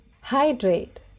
Hydrate